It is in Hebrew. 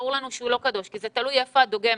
ברור לנו שהוא לא קדוש כי זה תלוי איפה את דוגמת.